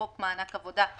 חוק מענק עבודה),